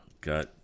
got